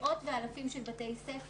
אנחנו בקשר עם מאות ואלפים של בתי ספר.